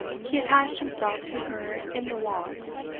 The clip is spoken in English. he attached himself to her in the walks,